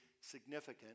significant